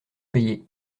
payés